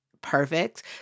perfect